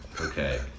Okay